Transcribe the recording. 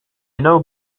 know